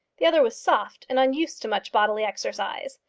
the other was soft, and unused to much bodily exercise.